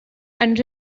and